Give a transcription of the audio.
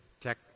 tech